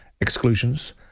exclusions